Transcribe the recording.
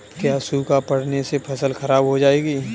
क्या सूखा पड़ने से फसल खराब हो जाएगी?